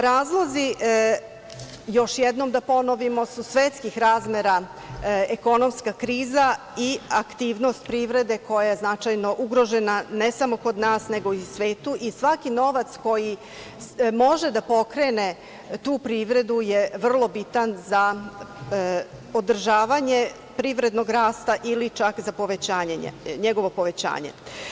Razlozi, još jednom da ponovimo, su svetskih razmera - ekonomska kriza i aktivnost privrede koja je značajno ugrožena ne samo kod nas, nego i u svetu i svaki novac koji može da pokrene tu privredu je vrlo bitan za održavanje privrednog rasta ili čak za njegovo povećanje.